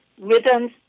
rhythms